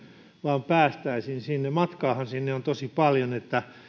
vaan että päästäisiin sinne matkaahan sinne on tosi paljon että ei